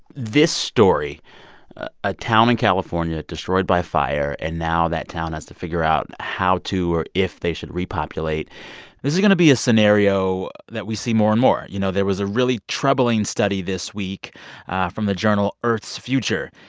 this story a town in california destroyed by fire, and now that town has to figure out how to or if they should repopulate this is going to be a scenario that we see more and more. you know, there was a really troubling study this week from the journal earth's future,